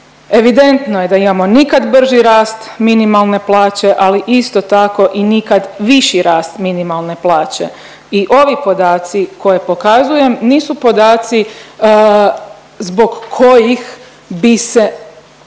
Evidentno je da imamo nikad brži rast minimalne plaće, ali isto tako i nikad viši rast minimalne plaće i ovi podaci koje pokazujem nisu podaci zbog kojih bi se